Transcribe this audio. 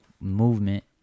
movement